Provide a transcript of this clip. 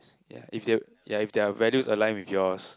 ya if they ya if their values align with yours